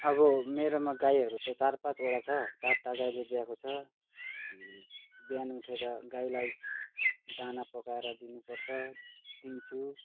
अब मेरोमा गाईहरू त चार पाँचवटा छ चारवटा गाईले बियाएको छ बिहान उठेर गाईलाई दाना पकाएर दिनुपर्छ दिन्छु